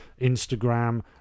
instagram